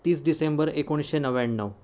तीस डिसेंबर एकोणीसशे नव्व्याण्णव